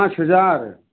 पाँच हज़ार